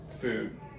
food